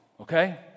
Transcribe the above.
okay